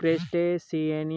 crustacean